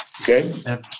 Okay